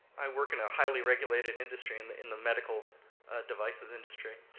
i work in a highly regulated industry in the in the medical devices industry,